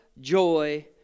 joy